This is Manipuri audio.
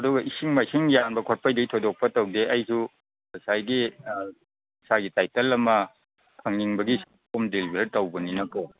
ꯑꯗꯨꯒ ꯏꯁꯤꯡ ꯃꯥꯏꯁꯤꯡ ꯌꯥꯟꯕ ꯈꯣꯠꯄꯩꯗꯤ ꯑꯩ ꯊꯣꯏꯗꯣꯛꯄ ꯇꯧꯗꯦ ꯑꯩꯁꯨ ꯉꯁꯥꯏꯒꯤ ꯏꯁꯥꯒꯤ ꯇꯥꯏꯇꯜ ꯑꯃ ꯐꯪꯅꯤꯡꯕꯒꯤ ꯍꯣꯝ ꯗꯦꯂꯤꯕꯔ ꯇꯧꯕꯅꯤꯅꯀꯣ